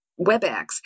Webex